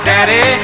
Daddy